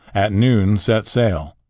at noon set sail.